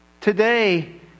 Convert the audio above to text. Today